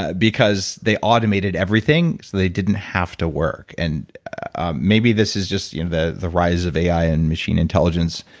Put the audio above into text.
ah because, they automated automated everything, so they didn't have to work and ah maybe this is just you know the the rise of ai and machine intelligence,